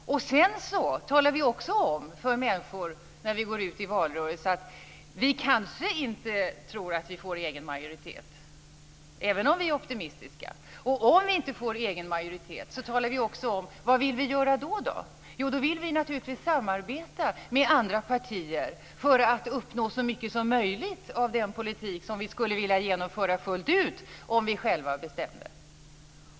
Sedan talar vi också om för människor när vi går ut i valrörelser att vi kanske inte tror att vi får egen majoritet, även om vi är optimistiska. Om vi inte får egen majoritet talar vi också om vad vi vill göra då. Då vill vi naturligtvis samarbeta med andra partier för att uppnå så mycket som möjligt av den politik som vi skulle vilja genomföra fullt ut om själva bestämde.